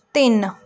ਤਿੰਨ